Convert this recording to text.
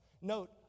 Note